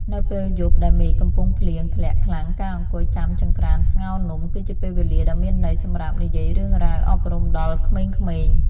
នៅពេលយប់ដែលមេឃកំពុងភ្លៀងធ្លាក់ខ្លាំងការអង្គុយចាំចង្ក្រានស្ងោរនំគឺជាពេលវេលាដ៏មានន័យសម្រាប់និយាយរឿងរ៉ាវអប់រំដល់ក្មេងៗ។